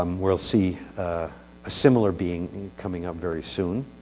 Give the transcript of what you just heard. um we'll see a similar being coming up very soon.